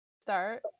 start